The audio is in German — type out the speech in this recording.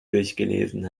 durchgelesen